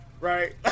right